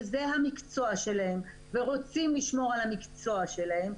שזה המקצוע שלהם ורוצים לשמור על המקצוע שלהם,